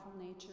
nature